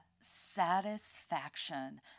satisfaction